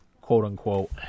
quote-unquote